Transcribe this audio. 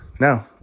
no